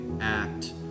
act